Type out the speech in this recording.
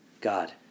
God